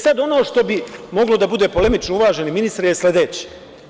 Sada, ono što bi moglo da bude polemično, uvaženi ministre, je sledeće.